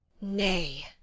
Nay